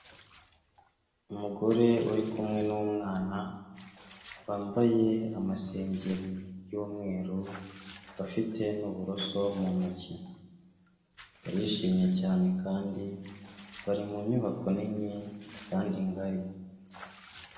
Umugore uri kumwe n'umwana, bambaye amasengeri y'umweru, bafite n'uburoso mu ntoki, barishimye cyane kandi bari mu nyubako nini kandi ngari.